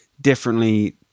differently